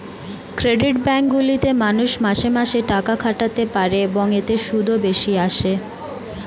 credit bank গুলিতে মানুষ মাসে মাসে টাকা খাটাতে পারে, এবং এতে সুদও বেশি আসে